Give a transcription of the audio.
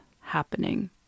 happening